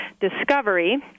discovery